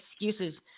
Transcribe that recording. excuses